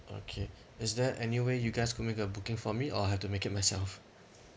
okay is there any way you guys could make a booking for me or I'll have to make it myself